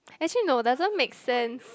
actually no doesn't make sense